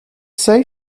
say